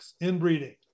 inbreeding